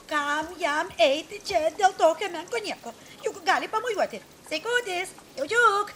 kam jam eiti čia dėl tokio menko nieko juk gali pamojuoti sveikutis jaučiuk